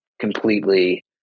completely